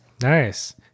nice